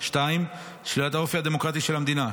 2. שלילת האופי הדמוקרטי של המדינה,